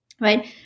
Right